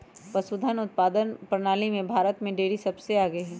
पशुधन उत्पादन प्रणाली में भारत में डेरी सबसे आगे हई